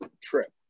trip